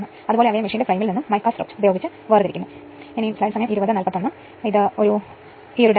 ഇപ്പോൾ മറ്റൊരു case BC 11500 volt ആണ് ഈ സാഹചര്യത്തിൽ ഇത് X 2 ആണ് ഇത് സാധ്യമായ ഒരു സംയുക്താവസ്ഥ